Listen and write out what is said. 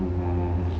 oh